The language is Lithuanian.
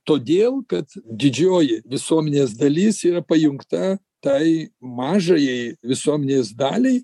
todėl kad didžioji visuomenės dalis yra pajungta tai mažajai visuomenės daliai